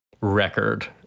record